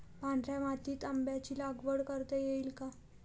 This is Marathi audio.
पांढऱ्या मातीत आंब्याची लागवड करता येईल का?